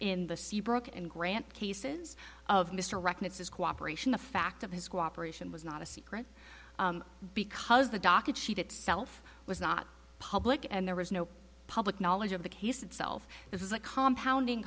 in the seabrook and grant cases of mr reckon its cooperation the fact of his cooperation was not a secret because the docket sheet itself was not public and there was no public knowledge of the case itself this is a compound in